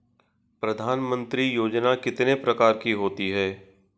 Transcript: प्रधानमंत्री योजना कितने प्रकार की होती है?